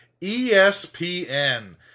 ESPN